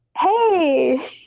Hey